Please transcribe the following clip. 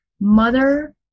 mother